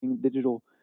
digital